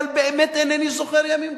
אבל באמת אינני זוכר ימים כאלה.